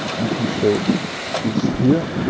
can show you this here.